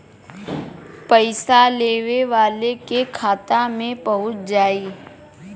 पइसा लेवे वाले के खाता मे पहुँच जाई